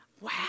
Wow